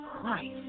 Christ